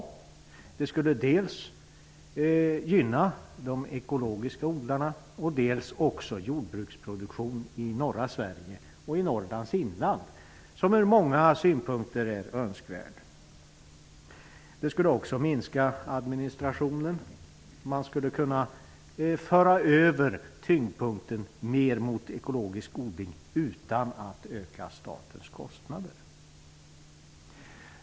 Stödet skulle gynna dels de ekologiska odlarna, dels jordbruksproduktionen i norra Sverige och i Norrlands inland, vilket från många synpunkter är önskvärt. Det skulle också minska administrationen. Man skulle kunna föra över tyngdpunkten mot ekologisk odling utan att öka statens kostnader.